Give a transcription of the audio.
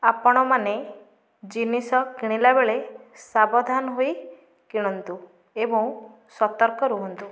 ଆପଣ ମାନେ ଜିନିଷ କିଣିଲା ବେଳେ ସାବଧାନ ହୋଇ କିଣନ୍ତୁ ଏବଂ ସତର୍କ ରୁହନ୍ତୁ